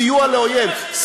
סיוע לאויב,